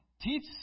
Teach